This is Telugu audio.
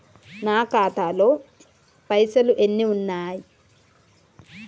నా ఖాతాలో పైసలు ఎన్ని ఉన్నాయి?